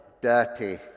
dirty